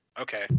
okay